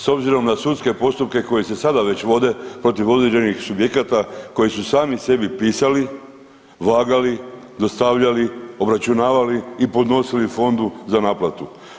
S obzirom na sudske postupke koji se sada već vode protiv određenih subjekata koji su sami sebi pisali, vagali, dostavljali, obračunavali i podnosili Fondu za naplatu.